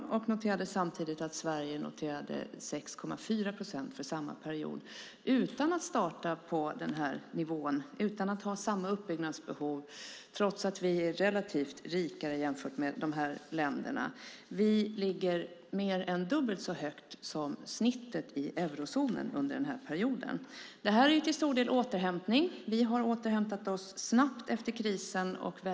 Samtidigt konstaterade vi att Sverige under samma period hade en tillväxt på 6,4 procent utan att starta på den nivån, utan att ha samma uppbyggnadsbehov och trots att vi är relativt rika jämfört med dessa länder. Vi låg mer än dubbelt så högt som snittet i eurozonen under denna period. Det handlar till stor del om återhämtning. Vi har återhämtat oss snabbt och starkt efter krisen.